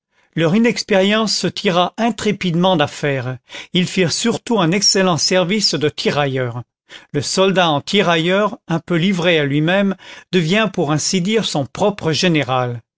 leur inexpérience se tira intrépidement d'affaire ils firent surtout un excellent service de tirailleurs le soldat en tirailleur un peu livré à lui-même devient pour ainsi dire son propre général